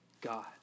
God